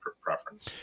preference